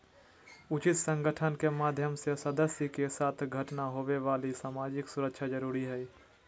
उचित संगठन के माध्यम से सदस्य के साथ घटना होवे वाली सामाजिक सुरक्षा जरुरी हइ